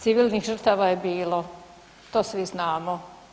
Civilnih žrtava je bilo, to svi znamo.